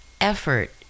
effort